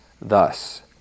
thus